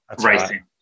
racing